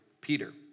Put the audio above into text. Peter